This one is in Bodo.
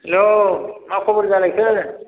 हेल' मा खबर जालायखो